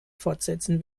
fortsetzen